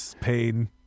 pain